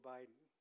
Biden